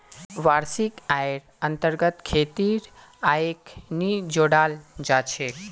वार्षिक आइर अन्तर्गत खेतीर आइक नी जोडाल जा छेक